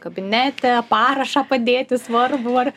kabinete parašą padėti svarbų ar